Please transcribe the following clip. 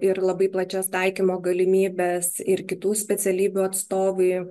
ir labai plačias taikymo galimybes ir kitų specialybių atstovai